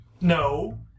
No